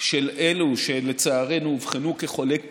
של אלו שלצערנו אובחנו כחולי קורונה,